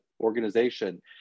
organization